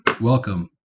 Welcome